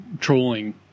trolling